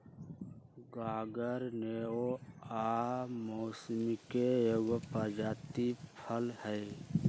गागर नेबो आ मौसमिके एगो प्रजाति फल हइ